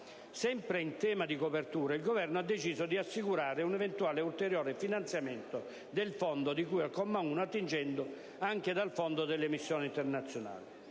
Sempre in tema di copertura, il Governo ha deciso di assicurare un eventuale ulteriore finanziamento del fondo di cui al comma 1 attingendo anche dal fondo delle missioni internazionali.